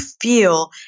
feel